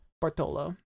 Bartolo